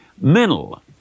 mental